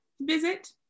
visit